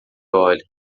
olha